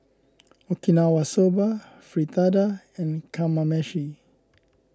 Okinawa Soba Fritada and Kamameshi